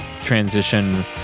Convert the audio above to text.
transition